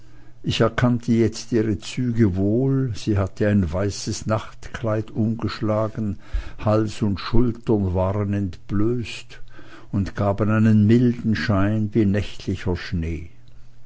ich erkannte jetzt ihre züge wohl sie hatte ein weißes nachtkleid umgeschlagen hals und schultern waren entblößt und gaben einen milden schein wie nächtlicher schnee